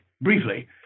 briefly